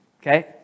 okay